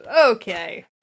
Okay